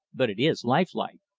but it is lifelike!